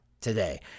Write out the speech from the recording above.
today